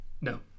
no